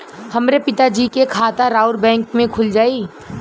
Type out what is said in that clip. हमरे पिता जी के खाता राउर बैंक में खुल जाई?